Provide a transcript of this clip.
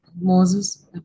Moses